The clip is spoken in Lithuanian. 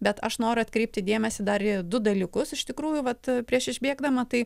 bet aš noriu atkreipti dėmesį dar į du dalykus iš tikrųjų vat prieš išbėgdama tai